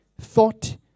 thought